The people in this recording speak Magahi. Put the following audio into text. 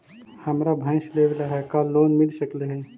हमरा भैस लेबे ल है का लोन मिल सकले हे?